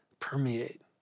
permeate